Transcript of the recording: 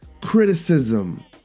criticism